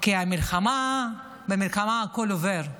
כי במלחמה הכול עובר.